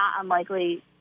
unlikely